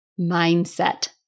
mindset